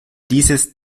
dieses